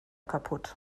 kaputt